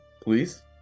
Please